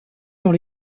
dans